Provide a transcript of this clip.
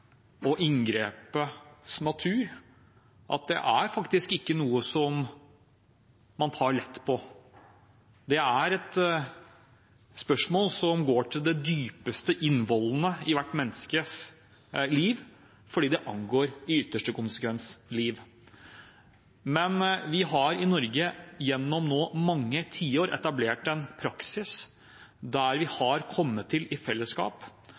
faktisk ikke er noe som man tar lett på. Det er et spørsmål som går til det dypeste i innvollene i hvert menneskes liv, fordi det i ytterste konsekvens angår liv. I Norge har vi nå gjennom mange tiår etablert en praksis der vi i fellesskap har kommet til